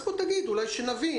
אז תגיד שנבין,